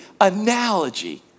analogy